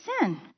sin